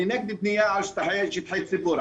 אני נגד בנייה על שטחי ציבור,